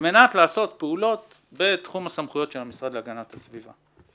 על מנת לעשות פעולות בתחום הסמכויות של המשרד להגנת הסביבה.